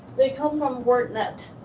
they come from wordnet.